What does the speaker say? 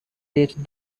reached